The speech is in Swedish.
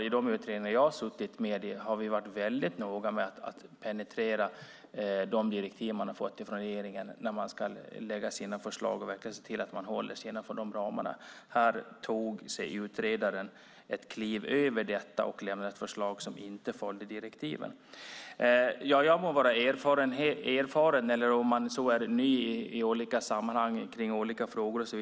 I de utredningar som jag har suttit med i har vi varit väldigt noga med att penetrera de direktiv vi har fått av regeringen när våra förslag ska läggas fram och vi har verkligen sett till att hålla oss innanför de ramarna. Här tog däremot utredaren ett kliv över detta och lade fram ett förslag som inte följde direktiven. Jag må vara erfaren men kan ändå vara ny i olika sammanhang.